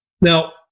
Now